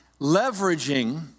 Leveraging